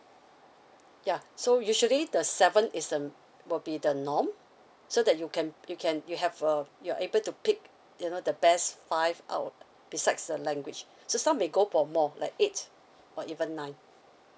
ya so usually the seven is um will be the norm so that you can you can you have uh you're able to pick you know the best five out of besides the language so some may go for more like eight or even nine